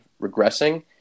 regressing